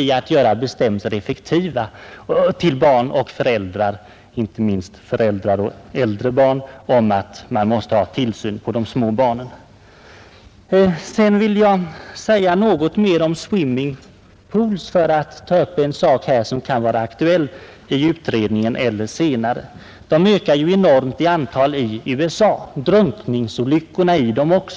gäller att göra bestämmelser effektiva, vid sidan av upplysningen till föräldrar och äldre barn, om att de måste se till de små barnen. Sedan vill jag säga några ord om swimmingpools för att ta upp en sak, som kan vara aktuell i den utredning som civilministern nämnde. De ökar enormt i antal i USA, drunkningsolyckorna i dem likaså.